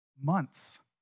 months